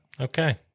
Okay